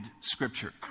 scripture